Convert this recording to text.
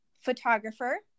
photographer